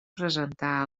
presentar